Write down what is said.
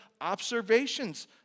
observations